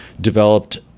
developed